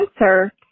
answer